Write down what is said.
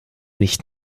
nicht